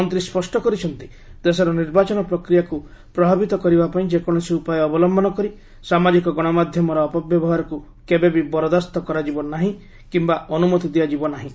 ମନ୍ତ୍ରୀ ସ୍ୱଷ୍ଟ କରିଛନ୍ତି ଦେଶର ନିର୍ବାଚନ ପ୍ରକ୍ରିୟାକୁ ପ୍ରଭାବିତ କରିବାପାଇଁ ଯେକୌଣସି ଉପାୟ ଅବଲମ୍ୟନ କରି ସାମାଜିକ ଗଣମାଧ୍ୟମର ଅପବ୍ୟବହାରକୁ କେବେ ବି ବରଦାସ୍ତ କରାଯିବ ନାହିଁ କିୟା ଅନ୍ମମତି ଦିଆଯିବ ନାହିଁ